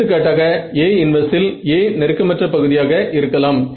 எடுத்துக்காட்டாக A 1இல் A நெருக்கமற்ற பகுதியாக இருக்கலாம்